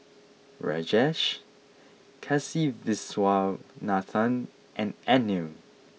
Rajesh Kasiviswanathan and Anil